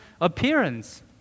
appearance